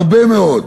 הרבה מאוד.